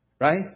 Right